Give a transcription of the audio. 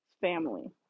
family